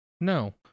no